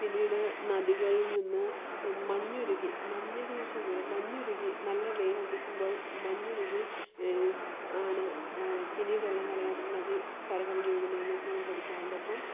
പിന്നീട് നദികളിൽ നിന്നു മഞ്ഞുരുകി മഞ്ഞു വീഴ്ച്ച മൂലം മഞ്ഞുരുകി നല്ല വെയിലടിക്കുമ്പോൾ മഞ്ഞുരുകി ആണ് പിന്നീടുള്ള കാലഘട്ടത്തിൽ നദി കര കവിഞ്ഞുഴുകുന്നതിന്നും നമ്മൾ പഠിക്കാറുണ്ട് അപ്പം